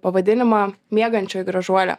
pavadinimą miegančioji gražuolė